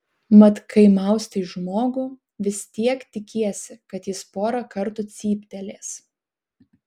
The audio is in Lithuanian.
mat kai maustai žmogų vis tiek tikiesi kad jis porą kartų cyptelės